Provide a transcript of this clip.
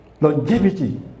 longevity